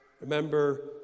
Remember